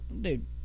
dude